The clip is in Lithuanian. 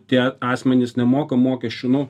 tie asmenys nemoka mokesčių